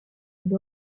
monde